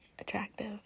attractive